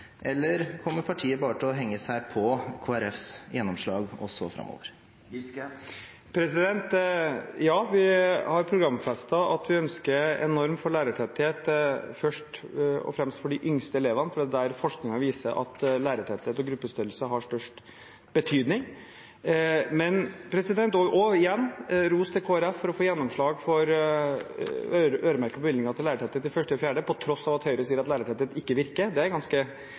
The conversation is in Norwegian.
Eller kommer partiet bare til å henge seg på Kristelig Folkepartis gjennomslag også framover? Ja, vi har programfestet at vi ønsker en norm for lærertetthet, først og fremst for de yngste elevene, fordi det er der forskningen viser at lærertetthet og gruppestørrelse har størst betydning. Og igjen, ros til Kristelig Folkeparti for å få gjennomslag for øremerkede bevilgninger til lærertetthet på 1.–4. trinn, på tross av at Høyre sier lærertetthet ikke virker – det er ganske